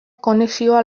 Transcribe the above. konexioa